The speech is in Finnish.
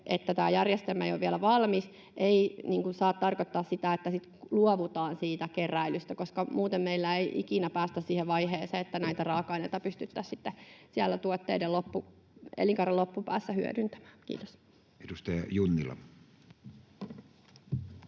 että tämä järjestelmä ei ole vielä valmis, ei saa tarkoittaa sitä, että luovutaan siitä keräilystä, koska muuten meillä ei ikinä päästä siihen vaiheeseen, että näitä raaka-aineita pystyttäisiin siellä tuotteiden elinkaaren loppupäässä hyödyntämään. — Kiitos.